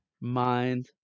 mind